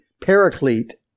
paraclete